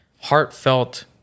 heartfelt